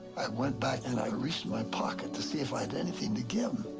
i went back and i reached in my pocket to see if i had anything to give em.